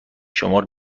شمار